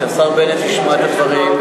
שהשר בנט ישמע את הדברים,